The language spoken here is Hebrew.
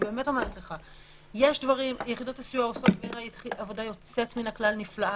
יחידות הסיוע עושות עבודה נפלאה,